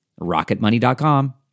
rocketmoney.com